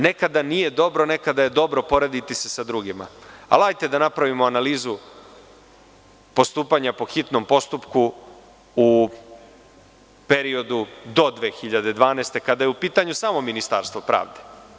Nekada nije dobro, nekada je dobro porediti se sa drugima, ali hajde da napravimo analizu postupanja po hitnom postupku u periodu do 2012. godine, kada je u pitanju samo Ministarstvo pravde.